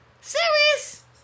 serious